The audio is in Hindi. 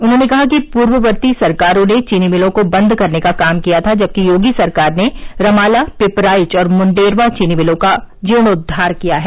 उन्होंने कहा कि पूर्ववर्ती सरकारों ने चीनी मिलों को बंद करने का काम किया था जबकि योगी सरकार ने रमाला पिपराईच और मुंडेरवा चीनी मिलों का जीर्णोद्वार किया है